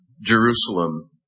Jerusalem